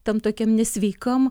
tam tokiam nesveikam